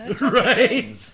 Right